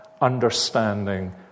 understanding